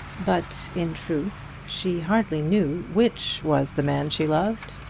but, in truth, she hardly knew which was the man she loved!